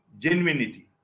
genuinity